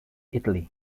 italy